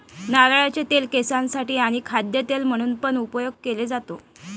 नारळाचे तेल केसांसाठी आणी खाद्य तेल म्हणून पण उपयोग केले जातो